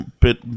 bit